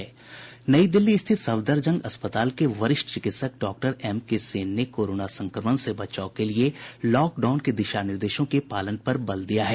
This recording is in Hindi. नई दिल्ली स्थित सफदरजंग अस्पताल के वरिष्ठ चिकित्सक डॉक्टर एम के सेन ने कोरोना संक्रमण से बचाव के लिए लॉकडाउन के दिशानिर्देशों के पालन पर बल दिया है